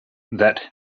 that